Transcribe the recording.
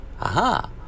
aha